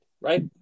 right